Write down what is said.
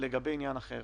לגבי עניין אחר